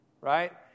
right